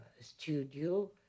studio